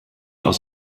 aus